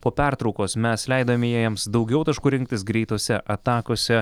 po pertraukos mes leidome jiems daugiau taškų rinktis greitose atakose